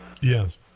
Yes